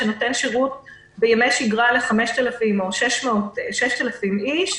שנותנים שירות בימי שגרה ל-5,000 או 6,000 איש.